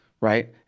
right